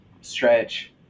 stretch